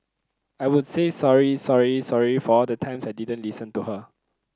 I would say sorry sorry sorry for all the times I didn't listen to her